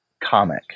comic